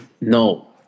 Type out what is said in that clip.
no